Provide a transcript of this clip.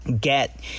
get